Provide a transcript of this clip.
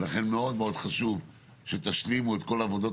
ולכן מאוד מאוד חשוב שתשלימו את כל עבודות